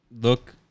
look